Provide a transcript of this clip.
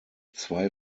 zwei